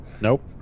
nope